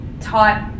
taught